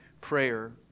prayer